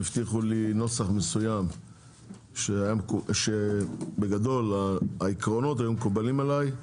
הבטיחו לי נוסח מסוים שבגדול העקרונות היו מקובלים עליי,